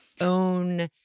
own